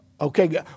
okay